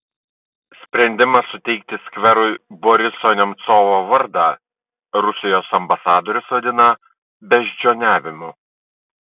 sprendimą suteikti skverui boriso nemcovo vardą rusijos ambasadorius vadina beždžioniavimu